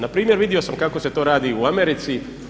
Npr. vidio sam kako se to radi u Americi.